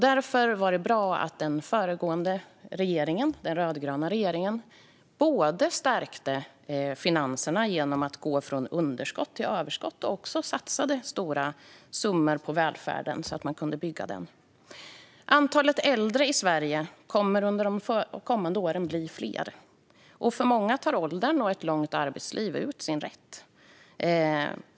Därför var det bra att den föregående regeringen, den rödgröna regeringen, stärkte finanserna genom att gå från underskott till överskott och också satsade stora summor på välfärden, så att man kunde bygga den. Antalet äldre i Sverige kommer under de kommande åren att bli större. För många tar åldern och ett långt arbetsliv ut sin rätt.